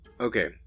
Okay